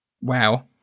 Wow